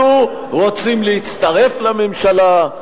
אנחנו רוצים להצטרף לממשלה,